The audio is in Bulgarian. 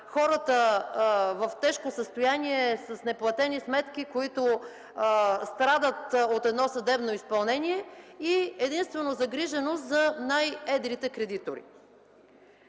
хората в тежко състояние, с неплатени сметки, които страдат от едно съдебно изпълнение, и единствено загрижеността за най-едрите кредитори.